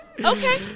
Okay